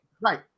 Right